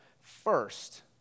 first